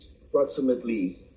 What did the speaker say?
approximately